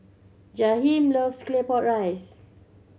Jahiem loves Claypot Rice